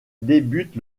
débute